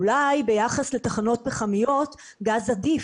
אולי ביחס לתחנות פחמיות גז עדיף,